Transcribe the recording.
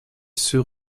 ceux